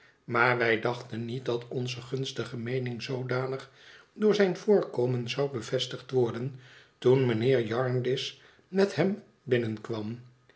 maar wij dachten niet dat onze gunstige meening zoodanig door zijn voorkomen zou bevestigd worden toen mijnheer jarndyce met hem binnenkwam